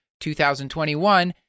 2021